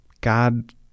God